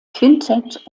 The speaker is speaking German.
quintett